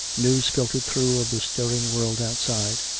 news filtered through of the stirring world outside,